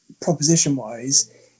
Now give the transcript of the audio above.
proposition-wise